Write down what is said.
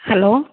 hello